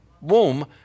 womb